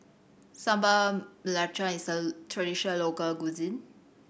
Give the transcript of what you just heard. Sambal Belacan is a traditional local cuisine